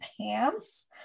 pants